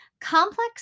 Complex